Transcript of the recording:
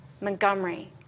Montgomery